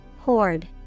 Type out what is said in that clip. Horde